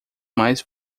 mais